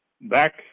back